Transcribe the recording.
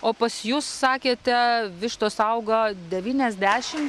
o pas jus sakėte vištos auga devyniasdešimt